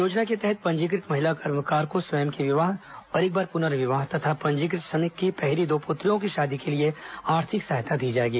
योजना के तहत पंजीकृत महिला कर्मकार को स्वयं के विवाह और एक बार पुनर्विवाह तथां पंजीकृत श्रमिक की पहिली दो पुत्रियों की शादी के लिए आर्थिक सहायता दी जाएगी